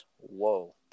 whoa